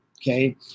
Okay